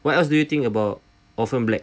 what else do you think about often black